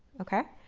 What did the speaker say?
ok.